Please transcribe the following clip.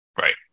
Right